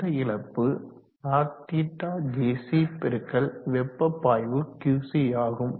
இந்த இழப்பு Rθjc பெருக்கல் வெப்ப பாய்வு QC ஆகும்